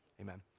Amen